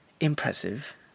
impressive